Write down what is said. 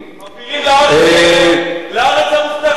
מעפילים לארץ המובטחת שלהם.